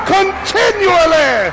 continually